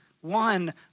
one